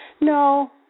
No